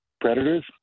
predators